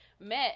met